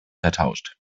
vertauscht